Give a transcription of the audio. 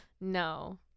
No